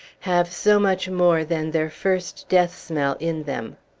have so much more than their first death-smell in them.